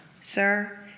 Sir